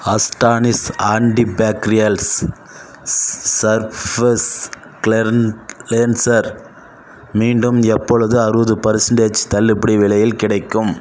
astonish antibacterials surface clean cleanser மீண்டும் எப்பொழுது அறுபது பெர்சன்டேஜ் தள்ளுபடி விலையில் கிடைக்கும்